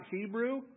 Hebrew